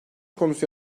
konusu